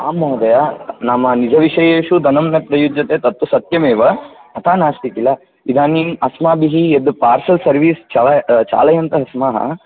आम् महोदय नाम निजविषयेषु धनं न प्रयुज्यते तत्तु सत्यमेव तथा नस्ति किल इदानीं अस्माभिः यद् पार्सल् सर्विस् चालयन्तः स्मः